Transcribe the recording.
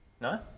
No